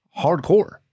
hardcore